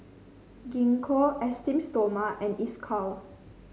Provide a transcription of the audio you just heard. Gingko Esteem Stoma and Isocal